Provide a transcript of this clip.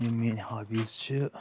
یِم میٲنۍ ہابیٖز چھِ